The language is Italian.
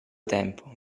tempo